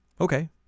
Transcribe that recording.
okay